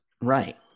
Right